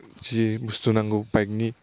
जि बुस्थु नांगौ बाइक नि